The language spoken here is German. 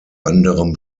anderem